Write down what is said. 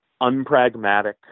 unpragmatic